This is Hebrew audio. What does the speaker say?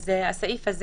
הסעיף הזה